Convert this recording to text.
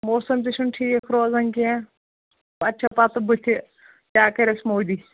موسم تہِ چھُنہٕ ٹھیٖک روزان کینٛہہ پَتہٕ چھےٚ پَتہٕ بٕتھِ کیٛاہ کَرٮ۪س مودی